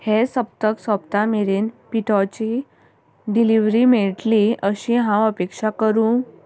हें सप्तक सोंपता मेरेन पिठोची डिलिवरी मेळटली अशी हांव अपेक्षा करूं